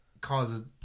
causes